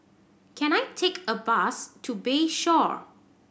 can I take a bus to Bayshore